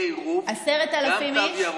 גם הפרדה, זאת אומרת, לא יהיה עירוב, 10,000 איש?